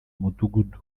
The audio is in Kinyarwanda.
mudugudu